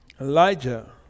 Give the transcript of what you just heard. Elijah